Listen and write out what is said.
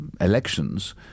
elections